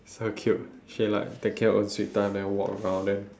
so cute she like taking her own sweet time then walk around then